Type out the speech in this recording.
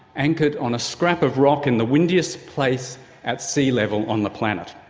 anchored on a scrap of rock in the windiest place at sea level on the planet.